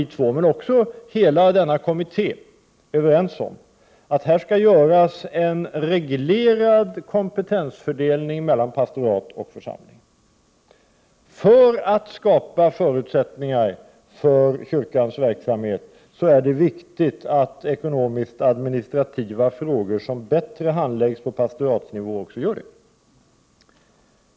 Där var vi två och för övrigt hela kommittén överens om att här skall göras en reglerad kompetensfördelning mellan pastorat och församling. För att skapa förutsättningar för kyrkans verksamhet är det nödvändigt att ekonomiskadministrativa frågor som bättre handläggs på pastoratsnivå också handläggs där.